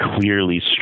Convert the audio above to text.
clearly